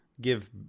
give